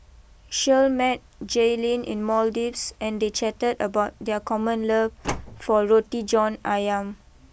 Shirl met Jaelynn in Maldives and they chatted about their common love for Roti John Ayam